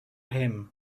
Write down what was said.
him